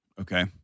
Okay